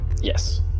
Yes